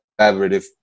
collaborative